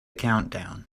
countdown